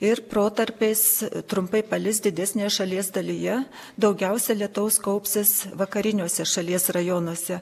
ir protarpiais trumpai palis didesnėje šalies dalyje daugiausia lietaus kaupsis vakariniuose šalies rajonuose